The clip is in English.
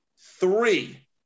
Three